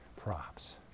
props